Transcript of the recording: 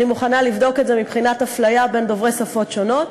אני מוכנה לבדוק את זה מבחינת אפליה בין דוברי שפות שונות.